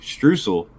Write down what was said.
Streusel